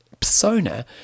persona